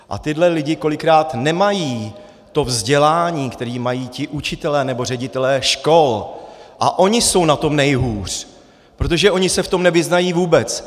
A tihle lidé kolikrát nemají to vzdělání, které mají ti učitelé nebo ředitelé škol, a oni jsou na tom nejhůř, protože oni se v tom nevyznají vůbec.